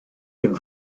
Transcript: dem